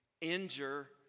injure